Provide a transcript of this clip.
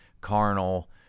carnal